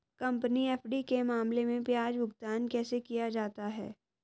Company FD के मामले में ब्याज भुगतान कैसे किया जाता है?